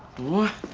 want?